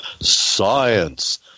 science